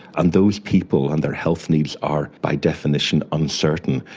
and those people and their health needs are, by definition, uncertain.